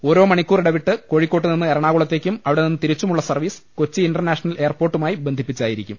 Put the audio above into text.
ഓരോ മണിക്കൂർ ഇടവിട്ട് കോഴിക്കോട്ട് നിന്ന് എറണാകുളത്തേക്കും അവിടെ നിന്ന് തിരി ച്ചുമുള്ള സർവ്വീസ് കൊച്ചി ഇന്റർനാഷണൽ എയർപോർട്ടുമായി ബന്ധിപ്പിച്ചായിരിക്കും